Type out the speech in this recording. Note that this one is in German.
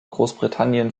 großbritannien